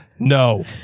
No